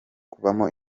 kuvamo